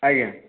ଆଜ୍ଞା